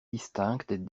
distinctes